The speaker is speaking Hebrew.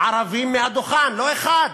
ערבים מהדוכן, לא אחד: